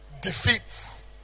defeats